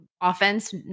offense